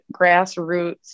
grassroots